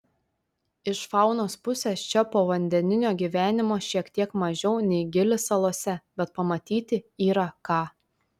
iš faunos pusės čia povandeninio gyvenimo šiek tiek mažiau nei gili salose bet pamatyti yra ką